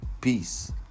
peace